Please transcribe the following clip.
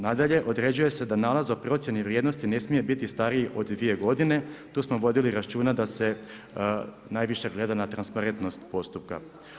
Nadalje, određuje se da nalaz o procijeni vrijednosti ne smije biti stariji od 2 godine, tu smo vodili računa da se najviše gleda na transparentnost postupka.